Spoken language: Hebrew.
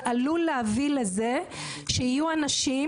זה עלול להביא לכך שיהיו אנשים